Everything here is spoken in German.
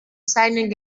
seinen